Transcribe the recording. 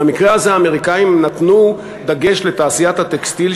במקרה הזה האמריקנים נתנו דגש לתעשיית הטקסטיל,